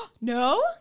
No